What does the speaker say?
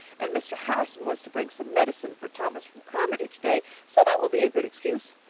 and mr. harrison was to bring some medicine for thomas from carmody today, so that will be a good excuse.